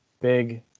big